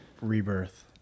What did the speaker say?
rebirth